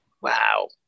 Wow